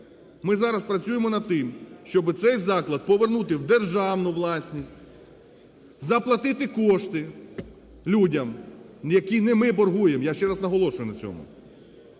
Ми зараз працюємо над тим, щоби цей заклад повернути в державну власність, заплатити кошти людям, які не ми боргуємо, я ще раз наголошую на цьому.